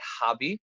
hobby